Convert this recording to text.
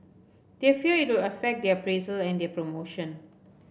they fear it will affect their appraisal and their promotion